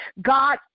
God